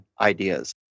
ideas